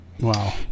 Wow